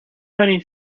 many